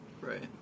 Right